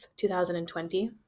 2020